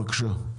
בבקשה,